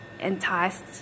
enticed